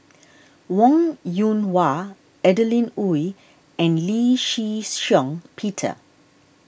Wong Yoon Wah Adeline Ooi and Lee Shih Shiong Peter